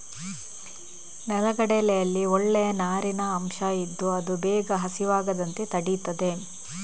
ನೆಲಗಡಲೆಯಲ್ಲಿ ಒಳ್ಳೇ ನಾರಿನ ಅಂಶ ಇದ್ದು ಅದು ಬೇಗ ಹಸಿವಾಗದಂತೆ ತಡೀತದೆ